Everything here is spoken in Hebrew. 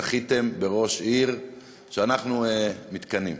זכיתם בראש עיר שאנחנו מתקנאים.